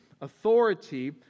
authority